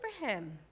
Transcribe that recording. Abraham